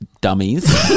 Dummies